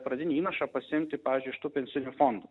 pradinį įnašą pasiimti pavyzdžiui iš tų pensinių fondų